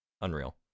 Unreal